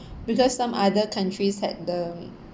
because some other countries had the